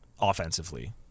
offensively